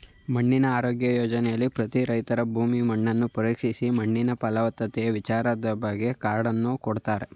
ಮಣ್ಣಿನ ಆರೋಗ್ಯ ಯೋಜನೆಲಿ ಪ್ರತಿ ರೈತನ ಭೂಮಿ ಮಣ್ಣನ್ನು ಪರೀಕ್ಷಿಸಿ ಮಣ್ಣಿನ ಫಲವತ್ತತೆ ವಿಚಾರದ್ಬಗ್ಗೆ ಕಾರ್ಡನ್ನು ಕೊಡ್ತಾರೆ